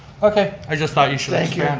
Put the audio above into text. okay. i just thought you should thank you. and